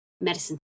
medicine